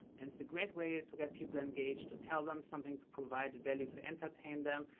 and it's a great way to get people engaged, to tell them something, to provide value, to entertain them,